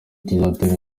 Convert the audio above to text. tuzatera